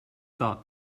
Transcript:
thought